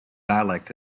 dialect